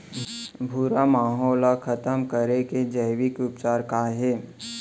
भूरा माहो ला खतम करे के जैविक उपचार का हे?